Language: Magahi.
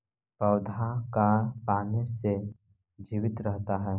पौधा का पाने से जीवित रहता है?